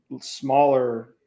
smaller